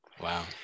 Wow